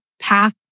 path